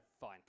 fine